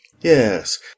Yes